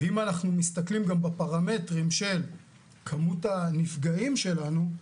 ואם אנחנו מסתכלים גם בפרמטרים של כמות הנפגעים שלנו,